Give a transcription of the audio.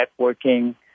networking